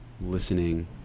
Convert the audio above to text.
listening